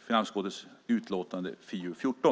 i finansutskottets utlåtande FiU14.